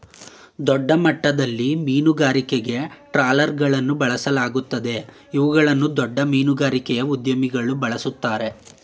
ದೊಡ್ಡಮಟ್ಟದಲ್ಲಿ ಮೀನುಗಾರಿಕೆಗೆ ಟ್ರಾಲರ್ಗಳನ್ನು ಬಳಸಲಾಗುತ್ತದೆ ಇವುಗಳನ್ನು ದೊಡ್ಡ ಮೀನುಗಾರಿಕೆಯ ಉದ್ಯಮಿಗಳು ಬಳ್ಸತ್ತರೆ